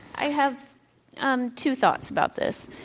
i have um two thoughts about this.